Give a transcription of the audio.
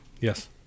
Yes